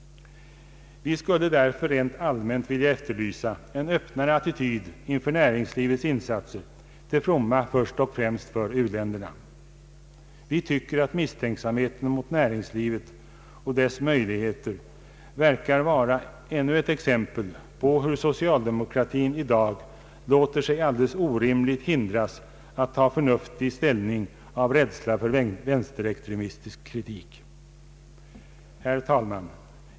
Vi skulle därför rent allmänt vilja efterlysa en öppnare attityd inför näringslivets insatser till fromma först och främst för u-länderna. Vi tycker att misstänksamheten mot näringslivet och dess möjligheter verkar vara ännuett exempel på hur socialdemokratin i dag låter sig alldels orimligt hindras att ta förnuftig ställning av rädsla för vänsterextremistisk kritik. Herr talman!